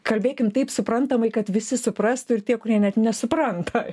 kalbėkim taip suprantamai kad visi suprastų ir tie kurie net nesupranta